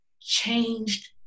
changed